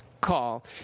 call